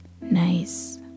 Nice